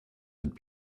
had